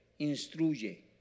instruye